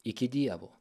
iki dievo